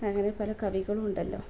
അങ്ങനെ പല കവികളും ഉണ്ടല്ലോ